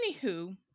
anywho